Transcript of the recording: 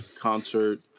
concert